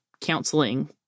counseling